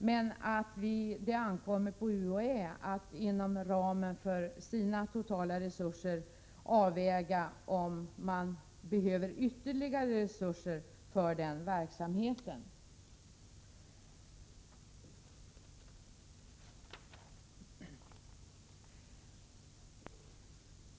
Men det ankommer på UHÄ att inom ramen för sina totala resurser avväga om man behöver ytterligare resurser för den verksamheten.